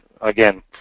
again